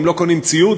אם לא קונים ציוד,